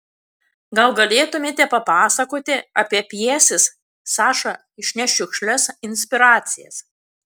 gal galėtumėte papasakoti apie pjesės saša išnešk šiukšles inspiracijas